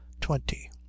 twenty